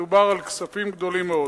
מדובר על כספים גדולים מאוד.